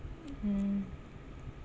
mm